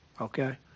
Okay